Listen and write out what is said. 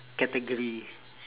category